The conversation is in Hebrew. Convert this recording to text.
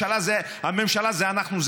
הממשלה זה אנחנו,